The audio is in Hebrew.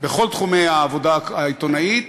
בכל תחומי העבודה העיתונאית,